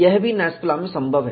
यह भी NASFLA में संभव है